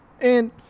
And-